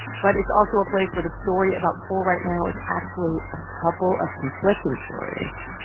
but it's also a place where the story about coal right now is actually a couple of conflicting stories.